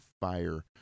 Fire